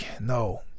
no